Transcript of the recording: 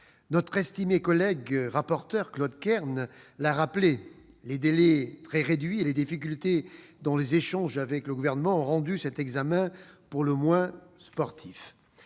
Notre estimé collègue rapporteur Claude Kern l'a rappelé, les délais très réduits et les difficultés dans les échanges avec le Gouvernement ont rendu cet examen pour le moins sportif.